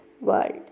world